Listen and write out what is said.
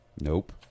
Nope